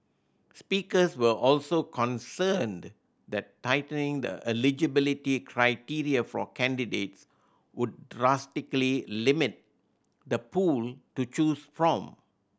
speakers were also concerned that tightening the eligibility criteria for candidates would drastically limit the pool to choose from